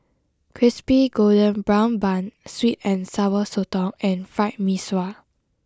Crispy Golden Brown Bun Sweet and Sour Sotong and Fried Mee Sua